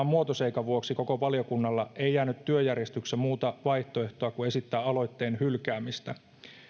muotoseikan vuoksi koko valiokunnalla ei jäänyt työjärjestyksen vuoksi muuta vaihtoehtoa kuin esittää aloitteen hylkäämistä